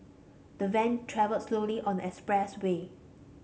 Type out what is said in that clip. the van travelled slowly on the express way